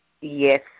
Yes